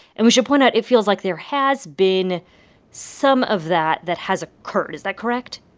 and we should point out it feels like there has been some of that that has ah occurred. is that correct?